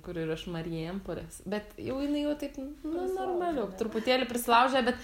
kur yra aš marijampolės bet jau jinai jau taip nu normaliau truputėlį prisilaužė bet